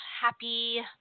happy